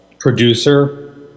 producer